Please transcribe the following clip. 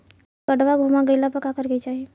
काडवा गुमा गइला पर का करेके चाहीं?